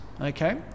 Okay